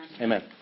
Amen